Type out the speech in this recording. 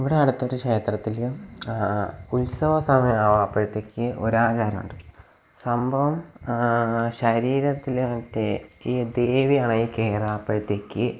ഇവിടെ അടുത്തൊരു ക്ഷേത്രത്തിൽ ഉത്സവ സമയമാവുമ്പോഴത്തേക്ക് ഒരാചാരമുണ്ട് സംഭവം ശരീരത്തിൽ മറ്റേ ഈ ദേവിയാണെ കയറുമ്പോഴത്തേക്ക്